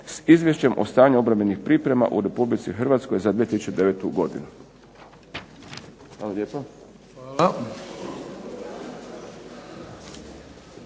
s Izvješćem o stanju obrambenih priprema u Republici Hrvatskoj za 2009. godinu.